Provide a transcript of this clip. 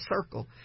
circle